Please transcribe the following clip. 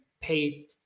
pay